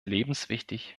lebenswichtig